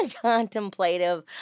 Contemplative